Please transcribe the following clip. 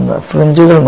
ഫ്രിഞ്ച്കൾ നോക്കൂ